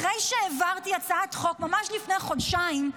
אחרי שהעברתי הצעת חוק ממש לפני חודשיים,